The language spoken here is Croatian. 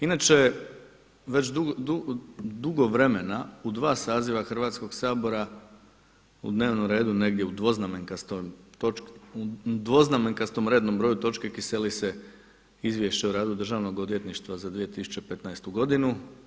Inače, već dugo vremena u dva saziva Hrvatskog sabora u dnevnom redu negdje u dvoznamenkastom rednom broju točke kiseli se Izvješće o radu Državnog odvjetništva za 2015. godinu.